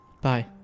Bye